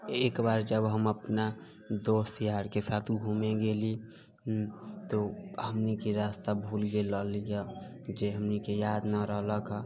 एक बार जब हम अपना दोस्त यारके साथ घूमे गेली तऽ हमनीके रास्ता भूल गेल रहली यऽ जे हमनीके याद नहि रहलक हँ